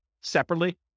separately